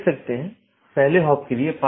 दो त्वरित अवधारणाऐ हैं एक है BGP एकत्रीकरण